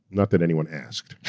not that anyone asked,